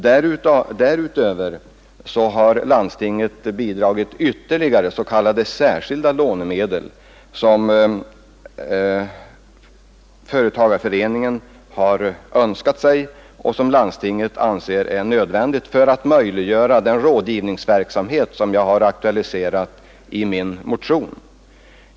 Därutöver har landstinget bidragit ytterligare med s.k. särskilda lånemedel, som företagarföreningen har önskat sig och som landstinget anser vara nödvändiga för att möjliggöra bl.a. den rådgivningsverksamhet som jag har aktualiserat i min motion.